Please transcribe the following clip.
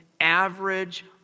average